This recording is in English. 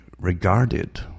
regarded